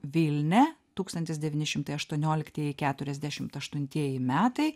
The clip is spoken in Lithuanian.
vilnia tūkstantis devyni šimtai aštuonioliktieji keturiasdešimt aštuntieji metai